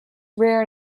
rare